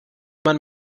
man